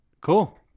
Cool